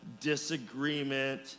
disagreement